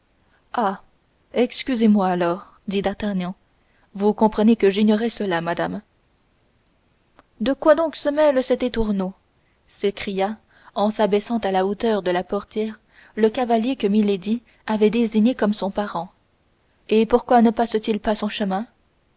excusez-moi alors dit d'artagnan vous comprenez que j'ignorais cela madame de quoi donc se mêle cet étourneau s'écria en s'abaissant à la hauteur de la portière le cavalier que milady avait désigné comme son parent et pourquoi ne passe-t-il pas son chemin